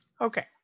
Okay